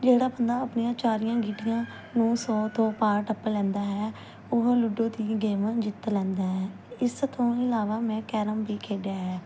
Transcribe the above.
ਜਿਹੜਾ ਬੰਦਾ ਆਪਣੀਆਂ ਚਾਰੀਆਂ ਗੀਟੀਆਂ ਨੂੰ ਸੌ ਤੋਂ ਪਾਰ ਟੱਪ ਲੈਂਦਾ ਹੈ ਉਹ ਲੁੱਡੋ ਦੀ ਗੇਮ ਜਿੱਤ ਲੈਂਦਾ ਹੈ ਇਸ ਤੋਂ ਇਲਾਵਾ ਮੈਂ ਕੈਰਮ ਵੀ ਖੇਡਿਆ ਹੈ